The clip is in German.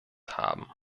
haben